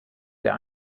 der